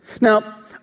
Now